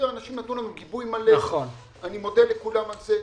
האנשים נתנו לנו גיבוי מלא, אני מודה לכולם על זה.